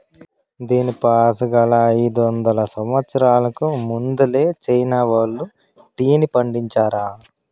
దీనిపాసుగాలా, అయిదొందల సంవత్సరాలకు ముందలే చైనా వోల్లు టీని పండించారా